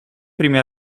primi